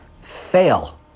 fail